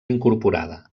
incorporada